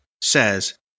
says